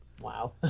Wow